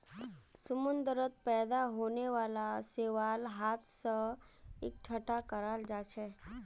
समुंदरत पैदा होने वाला शैवाल हाथ स इकट्ठा कराल जाछेक